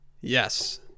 yes